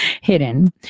hidden